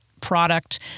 product